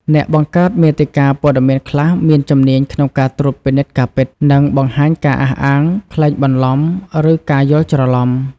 អ្នកបង្កើតមាតិកាព័ត៌មានខ្លះមានជំនាញក្នុងការត្រួតពិនិត្យការពិត និងបង្ហាញការអះអាងក្លែងបន្លំ ឬការយល់ច្រឡំ។